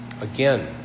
Again